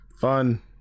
Fun